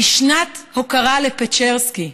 היא שנת הוקרה לפצ'רסקי,